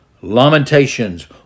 Lamentations